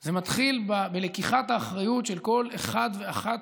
זה מתחיל בלקיחת האחריות של כל אחד ואחת